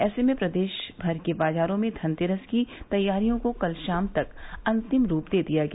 ऐसे में प्रदेश भर के बाजारों में धनतेरस की तैयारियों को कल शाम तक ही अंतिम रूप दे दिया गया